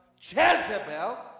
Jezebel